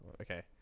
Okay